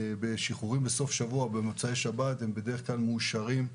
שחרורים בסוף שבוע או במוצאי שבת בדרך כלל מאושרים,